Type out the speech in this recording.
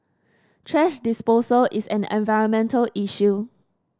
thrash disposal is an environmental issue